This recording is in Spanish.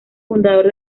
fundador